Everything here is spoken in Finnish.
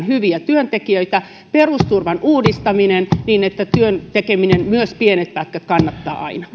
hyviä työntekijöitä ja perusturvan uudistaminen niin että työn tekeminen myös pienten pätkien kannattaa aina